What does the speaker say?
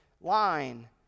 line